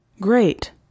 Great